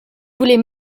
voulez